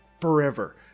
forever